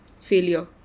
failure